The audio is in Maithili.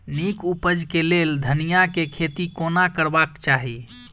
नीक उपज केँ लेल धनिया केँ खेती कोना करबाक चाहि?